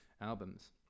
albums